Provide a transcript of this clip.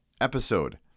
episode